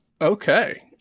Okay